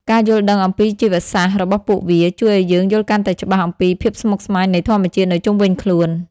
ការយល់ដឹងអំពីជីវសាស្ត្ររបស់ពួកវា ជួយឱ្យយើងយល់កាន់តែច្បាស់អំពីភាពស្មុគស្មាញនៃធម្មជាតិនៅជុំវិញខ្លួន។